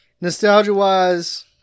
Nostalgia-wise